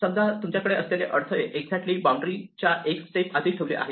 समजा तुमच्याकडे असलेले अडथळे एक्झॅक्टली बाउंड्री च्या एक स्टेप आधी ठेवले आहेत